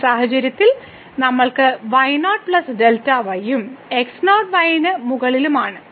ഈ സാഹചര്യത്തിൽ നമ്മൾക്ക് ഉം x0y ന് മുകളിലുമാണ്